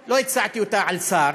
לא הצעתי על שר